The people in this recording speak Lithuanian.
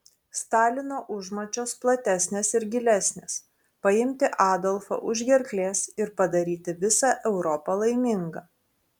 stalino užmačios platesnės ir gilesnės paimti adolfą už gerklės ir padaryti visą europą laimingą